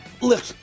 Look